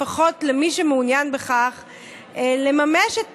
לפחות למי שמעוניין בכך,